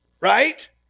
right